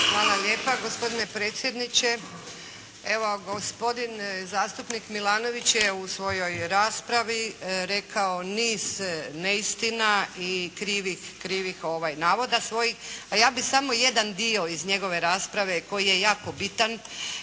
Hvala lijepa, gospodine predsjedniče. Evo, gospodin zastupnik Milanović je u svojoj raspravi rekao niz neistina i krivih navoda svojih, a ja bih samo jedan dio iz njegove rasprave koji je jako bitan